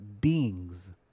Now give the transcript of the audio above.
beings